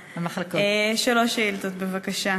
בבקשה.